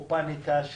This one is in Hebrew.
לפניקה,